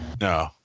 No